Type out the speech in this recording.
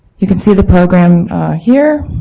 you can see the program here.